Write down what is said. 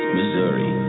Missouri